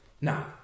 Now